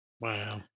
Wow